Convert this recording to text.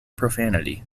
profanity